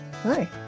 Hi